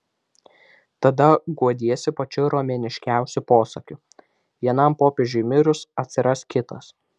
tada guodiesi pačiu romėniškiausiu posakiu vienam popiežiui mirus atsiras kitas